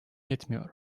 yetmiyor